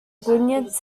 gwynedd